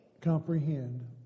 comprehend